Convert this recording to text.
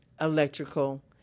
electrical